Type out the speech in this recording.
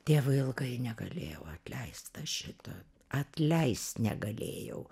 tėvui ilgai negalėjau atleist aš šito atleist negalėjau